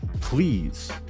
please